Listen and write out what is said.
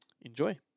Enjoy